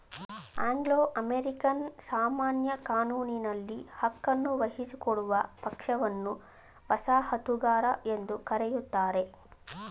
Anglo American ಸಾಮಾನ್ಯ ಕಾನೂನಿನಲ್ಲಿ ಹಕ್ಕನ್ನು ವಹಿಸಿಕೊಡುವ ಪಕ್ಷವನ್ನ ವಸಾಹತುಗಾರ ಎಂದು ಕರೆಯುತ್ತಾರೆ